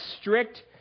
strict